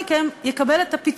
מהם לא מקבל את השיפוי,